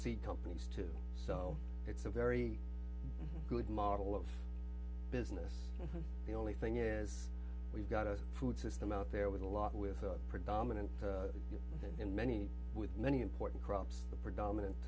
seed companies too so it's a very good model of business and the only thing is we've got a food system out there with a lot with predominant in many with many important crops the predominant